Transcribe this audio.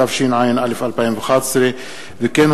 התשע"א 2011. לקריאה ראשונה,